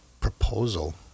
proposal